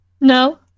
No